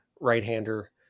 right-hander